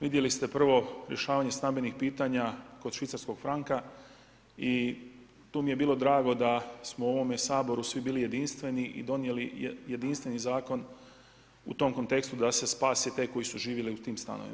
Vidjeli ste prvo rješavanje stambenih pitanja kod švicarskog franka i tu mi je bilo drago da smo u ovome Saboru svi bili jedinstveni i donijeli jedinstveni zakon u tom kontekstu da se spasi te koji su živjeli u tim stanovima.